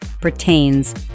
pertains